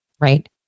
right